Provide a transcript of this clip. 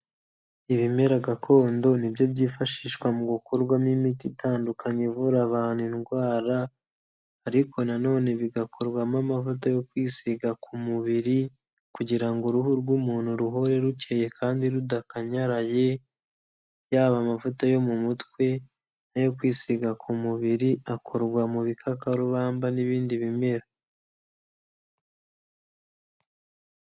Ibimera gakondo ni byo byifashishwa mu gukorwamo imiti itandukanye ivura abantu indwara, ariko na none bigakorwamo amavuta yo kwisiga ku mubiri kugira ngo uruhu rw'umuntu ruhore rukeye kandi rudakanyaraye, yaba amavuta yo mu mutwe n'ayo kwisiga ku mubiri akorwa mu bikakarubamba n'ibindi bimera.